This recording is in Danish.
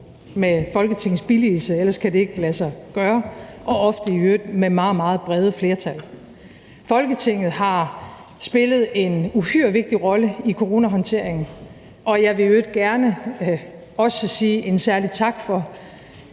med Folketingets billigelse, ellers kan det ikke lade sig gøre, og ofte i øvrigt med meget, meget brede flertal. Folketinget har spillet en uhyre vigtig rolle i coronahåndteringen, og jeg vil i øvrigt gerne også sige en særlig tak for